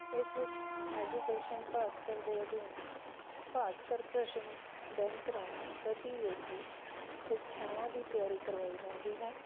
ਇਸ ਵਿੱਚ ਐਜੂਕੇਸ਼ਨ ਭਾਸਕਰ ਦੇ ਅਧੀਨ ਭਾਸਕਰ ਪ੍ਰਸ਼ਨ ਬੈਂਕ ਰਾਹੀਂ ਪ੍ਰਤੀਯੋਗੀ ਪ੍ਰੀਖਿਆਵਾਂ ਦੀ ਤਿਆਰੀ ਕਰਵਾਈ ਜਾਂਦੀ ਹੈ